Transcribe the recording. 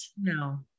No